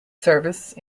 service